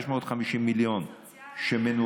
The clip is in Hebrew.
650 מיליון, כן.